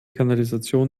kanalisation